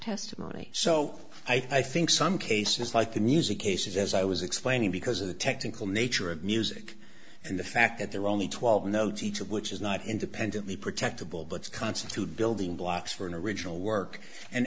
testimony so i think some cases like the music cases as i was explaining because of the technical nature of music and the fact that there are only twelve notes each of which is not independently protectable but constitute building blocks for an original work and